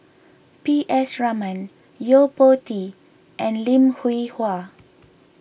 P S Raman Yo Po Tee and Lim Hwee Hua